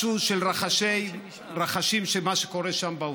משהו מהרחשים של מה שקורה שם בעוטף.